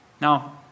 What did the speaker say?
Now